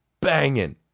banging